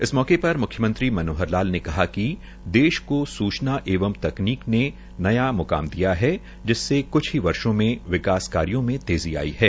इस मौके पर मुख्यमंत्री मनोहर लाल ने कहा कि देश को सूचना एवं तकनीक ने नया म्काम दिया है जिससे क्छ ही वर्षो में विकास कार्यो में तेज़ी आयी है